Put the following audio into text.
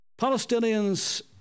Palestinians